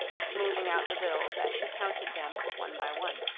smoothing out the bills as she counted them one by one.